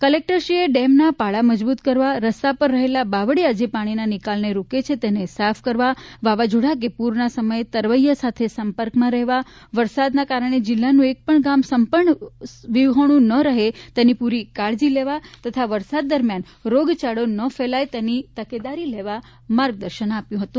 કલેકટરશ્રીએ ડેમનાં પાળા મજબુત કરવા રસ્તા પર રહેલા બાવળિયા જે પાણીના નિકાલને રોકે છે તેને સાફ કરાવવા વાવાઝોડા કે પુરના સમયે તરવૈયા સાથે સંપર્કમાં રહેવા વરસાદનાં કારણે જિલ્લાનું એક પણ ગામ સંપર્ક વિહોણુ ના રહે તેની પુરી કાળજી લેવા તથા વરસાદ દરમિયાન રોગચાળો ન ફેલાય તેની તકેદારી લેવા માર્ગદર્શન આપ્યુ હતુ